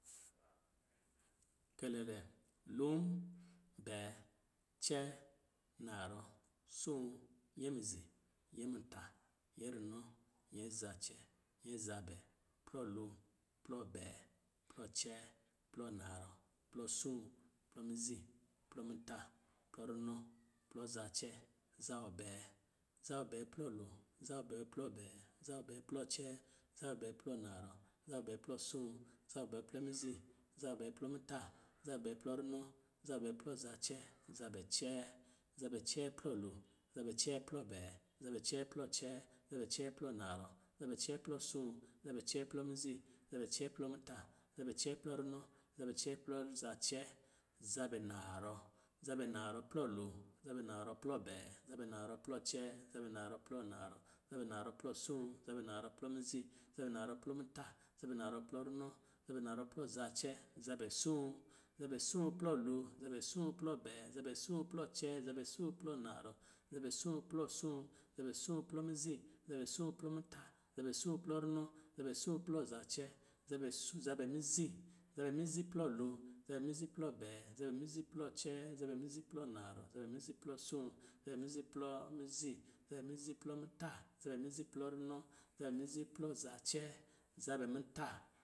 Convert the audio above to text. kɛ lɛ lɛ, lom, bɛɛ, cɛɛ, narɔ, soo, nyɛ mizi, nyɛ muta, nyɛ runɔ, nyɛ zacɛɛ, nyɛ zabɛ, plɔ lo, plɔ bɛɛ, plɔ cɛɛ, plɔ narɔ, plɔ soo, plɔ mizi, plɔ muta, plɔ runɔ, plɔ zacɛɛ, zawɔ bɛɛ, zawɔ plɔ lo, zawɔ bɛɛ plɔ bɛɛ, zawɔ bɛɛ plɔ cɛɛ, zawɔ bɛɛ plɔ narɔ, zawɔ bɛɛ plɔ soo, zawɔ bɛɛ plɔ mizi, zawɔ bɛɛ plɔ muta, zawɔ bɛɛ plɔ runɔ, zawɔ bɛɛ plɔ zacɛɛ, zabɛ cɛɛ, zabɛ cɛɛ plɔ lo, zabɛ cɛɛ plɔ bɛɛ, zabɛ cɛɛ plɔ cɛɛ, zabɛ cɛɛ plɔ narɔ, zabɛ cɛɛ plɔ soo, zabɛ cɛɛ plɔ mizi, zabɛ cɛɛ plɔ muta, zabɛ cɛɛ plɔ runɔ, zabɛ cɛɛ plɔ zacee, zabɛ naavɔ, zabɛ narɔ plɔ lo, zabɛ narɔ plɔ bɛɛ, zabɛ narɔ plɔ cɛɛ, zabɛ narɔ plɔ narɔ, zabɛ narɔ plɔ soo, zabɛ narɔ plɔ mizi, zabɛ narɔ plɔ muta, zabɛ narɔ plɔ runɔ, zabɛ narɔ plɔ zacɛɛ, zabɛ soo, zabɛ soo plɔ lo, zabɛ soo plɔ bɛɛ, zabɛ soo plɔ cɛɛ, zabɛ soo plɔ narɔ, zabɛ soo plɔ soo, zabɛ soo plɔ mii, zabɛ soo plɔ muta, zabɛ soo plɔ runɔ, zabɛ soo plɔ zacɛɛ, zabɛ so, zabɛ mizi, zabɛ mizi plɔ lo, zabɛ mizi plɔ bɛɛ, zabɛ mizi plɔ cɛɛ, zabɛ mizi plɔ narɔ, zabɛ mizi plɔ soo, zabɛ mizi plɔ mizi, zabɛ mizi plɔ muta, zabɛ mizi plɔ runɔ, zabɛ mizi plɔ zacɛɛ, zabɛ muta